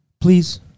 Please